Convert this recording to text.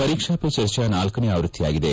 ಪರೀಕ್ಷಾ ವೇ ಚರ್ಚಾ ನಾಲ್ಕನೇ ಆವೃತ್ತಿಯಾಗಿದೆ